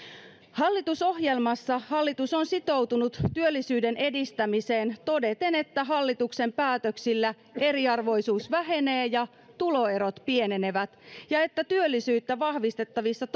hallitusohjelmassa hallitus on sitoutunut työllisyyden edistämiseen todeten että hallituksen päätöksillä eriarvoisuus vähenee ja tuloerot pienenevät ja että työllisyyttä vahvistavissa